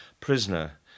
prisoner